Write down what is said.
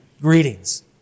greetings